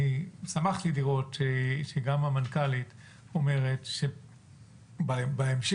ואני שמחתי לראות שגם המנכ"לית אומרת שבהמשך